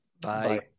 Bye